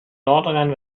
nordrhein